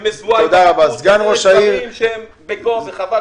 דברים בגו וחבל